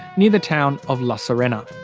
near the town of la serena.